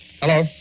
Hello